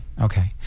Okay